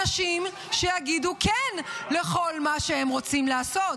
אנשים שיגידו כן לכל מה שהם רוצים לעשות.